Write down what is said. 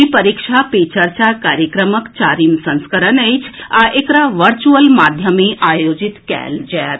ई परीक्षा पे चर्चा कार्यक्रमक चारिम संस्करण अछि आ एकरा वर्चुअल माध्यमे आयोजित कयल जाएत